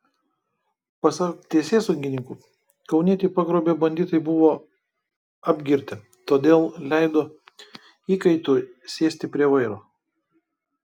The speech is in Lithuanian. pasak teisėsaugininkų kaunietį pagrobę banditai buvo apgirtę todėl leido įkaitui sėsti prie vairo